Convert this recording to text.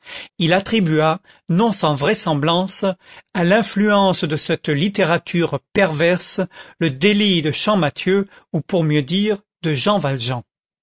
il attribua non sans vraisemblance à l'influence de cette littérature perverse le délit de champmathieu ou pour mieux dire de jean valjean